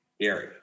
Gary